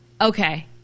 Okay